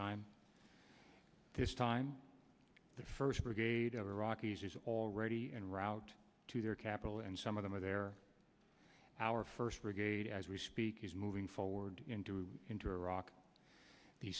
time this time the first brigade of iraqis is already en route to their capital and some of them are there our first brigade as we speak is moving forward into iraq the